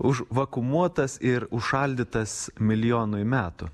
užvakuumuotas ir užšaldytas milijonui metų